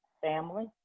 family